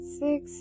six